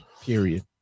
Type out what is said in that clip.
Period